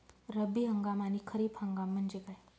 रब्बी हंगाम आणि खरीप हंगाम म्हणजे काय?